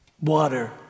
Water